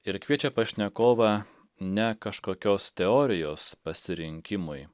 ir kviečia pašnekovą ne kažkokios teorijos pasirinkimui